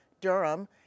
Durham